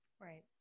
right